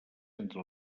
entre